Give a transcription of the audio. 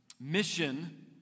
Mission